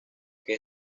que